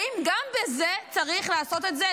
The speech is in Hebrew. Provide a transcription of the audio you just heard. האם גם בזה צריך לעשות את זה?